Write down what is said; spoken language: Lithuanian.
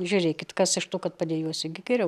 žiūrėkit kas iš to kad padejuosi gi geriau